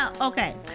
Okay